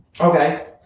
Okay